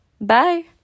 Bye